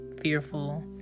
fearful